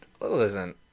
Listen